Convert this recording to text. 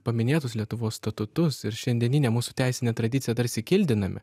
paminėtus lietuvos statutus ir šiandienine mūsų teisine tradicija tarsi kildiname